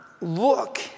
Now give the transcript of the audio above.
look